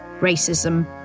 racism